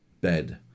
bed